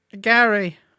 Gary